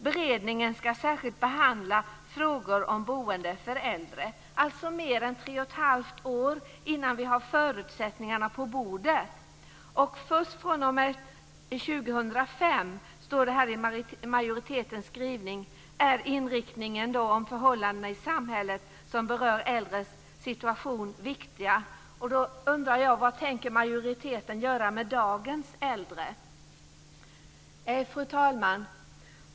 Beredningen ska särskilt behandla frågor om boende för äldre. Det är mer än tre och ett halvt år innan vi har förutsättningarna på bordet. Beredningens analyser ska utformas utifrån förhållanden i samhället som berör äldres situation först fr.o.m. 2005, står det i majoritetens skrivning. Då undrar jag vad majoriteten tänker göra med dagens äldre. Fru talman!